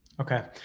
okay